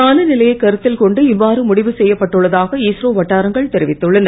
காலநிலையைக் கருத்தில்கொண்டு இவ்வாறு முடிவு செய்யப்பட்டுள்ளதாக இஸ்ரோ வட்டாரங்கள் தெரிவித்துள்ளன